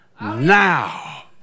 now